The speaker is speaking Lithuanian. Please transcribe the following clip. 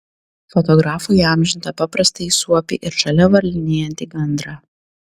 fotografo įamžintą paprastąjį suopį ir šalia varlinėjantį gandrą